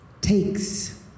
takes